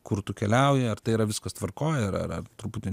kur tu keliauji ar tai yra viskas tvarkoj ar ar ar truputį